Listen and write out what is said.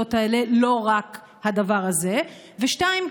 בשכונות האלה, לא רק הדבר הזה, ו-2.